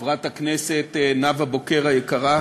חברת הכנסת נאוה בוקר היקרה,